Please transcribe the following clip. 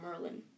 Merlin